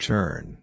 Turn